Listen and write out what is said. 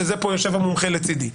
שלצורך זה יושב פה המומחה לצדי.